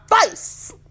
face